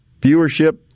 viewership